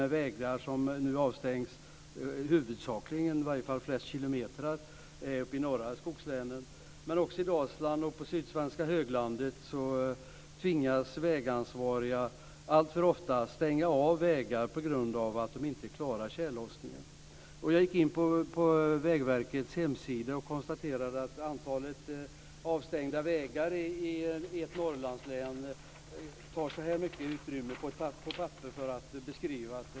De vägar som nu stängs av ligger huvudsakligen, i alla fall de flesta kilometrarna, i de norra skogslänen, men också i Dalsland och på sydsvenska höglandet tvingas vägansvariga alltför ofta stänga av vägar på grund av att dessa inte klarar tjällossningen. Jag har gått in på Vägverkets hemsida och konstaterat att listan över antalet avstängda vägar i ett Norrlandslän på papper tar flera meter i anspråk.